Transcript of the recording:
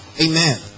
Amen